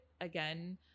again